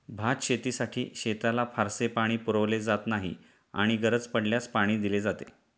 भातशेतीसाठी शेताला फारसे पाणी पुरवले जात नाही आणि गरज पडल्यास पाणी दिले जाते